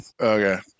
Okay